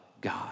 God